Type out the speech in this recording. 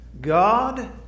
God